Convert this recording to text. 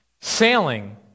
sailing